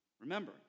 Remember